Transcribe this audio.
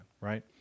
right